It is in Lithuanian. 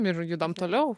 ir judam toliau